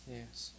Yes